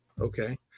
Okay